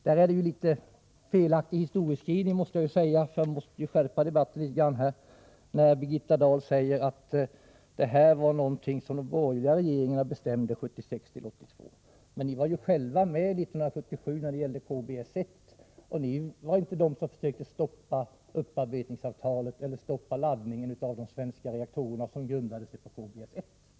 Jag måste här skärpa debatten litet grand, eftersom det är en felaktig historieskrivning att, som Birgitta Dahl gjorde, säga att det här är fråga om något som de borgerliga regeringarna bestämde 1976-1982. Ni var ju själva med 1977 när det gällde KBS 1, och ni — Nr 7 tillhörde inte dem som försökte stoppa upparbetningsavtalet och den Torsdagen den laddning av de svenska reaktorerna som grundade sig på KBS 1.